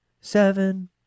seven